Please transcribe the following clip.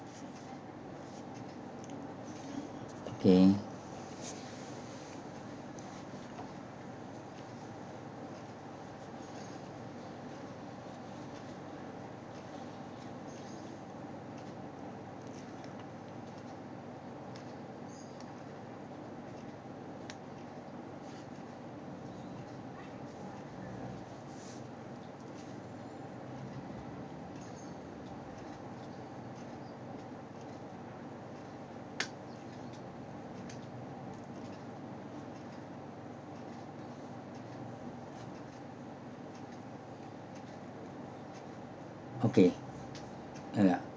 okay okay uh ya